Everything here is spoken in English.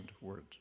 words